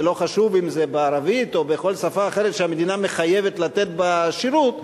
ולא חשוב אם זה ערבית או כל שפה אחרת שהמדינה מחויבת לתת בה שירות,